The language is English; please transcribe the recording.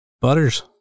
Butters